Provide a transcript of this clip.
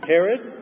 Herod